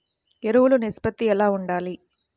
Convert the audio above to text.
ఎరువులు నిష్పత్తి ఎలా ఉండాలి?